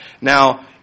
Now